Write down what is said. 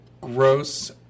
gross